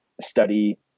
study